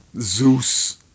Zeus